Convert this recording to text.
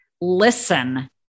listen